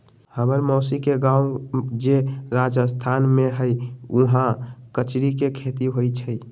हम्मर मउसी के गाव जे राजस्थान में हई उहाँ कचरी के खेती होई छई